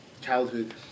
childhood